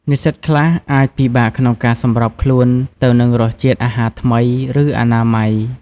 និស្សិតខ្លះអាចពិបាកក្នុងការសម្របខ្លួនទៅនឹងរសជាតិអាហារថ្មី ឬអនាម័យ។